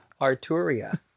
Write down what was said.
Arturia